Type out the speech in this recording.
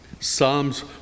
Psalms